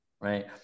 right